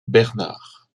bernard